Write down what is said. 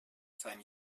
sein